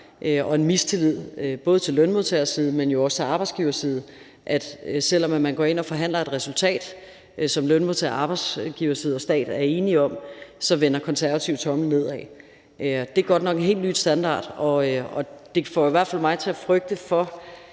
og en mistillid til både lønmodtagerside, men jo også til arbejdsgiverside, at selv om man går ind og forhandler et resultat, som lønmodtagerside, arbejdsgiverside og stat er enige om, vender Konservative tommelen nedad. Det er godt nok en helt ny standard, og det får i hvert fald mig til at frygte for